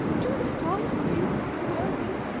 do not ask me, mr. worthing.